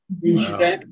Wow